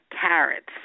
carrots